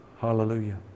Hallelujah